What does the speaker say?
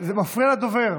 זה מפריע לדובר.